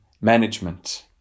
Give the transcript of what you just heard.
management